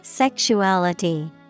Sexuality